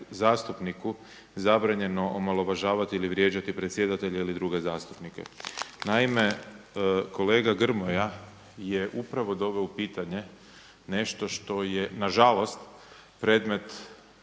zastupniku zabranjeno omalovažavati ili vrijeđati predsjedatelja ili druge zastupnike. Naime, kolega Grmoja je upravo doveo u pitanje nešto što je na žalost predmet